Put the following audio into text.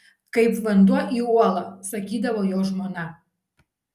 kaip vanduo į uolą sakydavo jo žmona